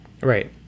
Right